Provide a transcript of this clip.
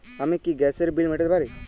আমি কি গ্যাসের বিল মেটাতে পারি?